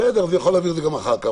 בסדר, הוא יכול להעביר את זה גם אחר כך.